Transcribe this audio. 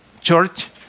Church